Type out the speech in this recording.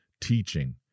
teaching